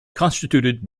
constituted